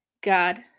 God